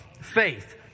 faith